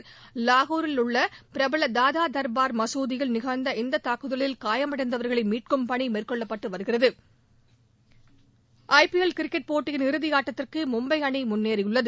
தர்பார் லாகூரில் உள்ள பிரபல தாதா நிகழ்ந்த இந்த தாக்குதலில் காயமடைந்தவர்களை மீட்கும் பணி மேற்கொள்ளப்பட்டு வருகிறது ஐ பி எல் கிரிக்கெட் போட்டியின் இறுதி ஆட்டத்திற்கு மும்பை அணி முன்னேறியுள்ளது